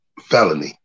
felony